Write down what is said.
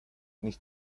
nicht